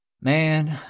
man